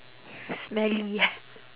smelly ah